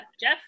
Jeff